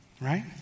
right